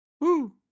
Woo